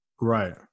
right